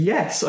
Yes